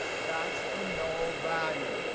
that's a null value.